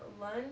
lunch